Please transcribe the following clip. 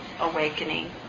awakening